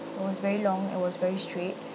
it was very long it was very straight